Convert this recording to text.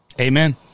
Amen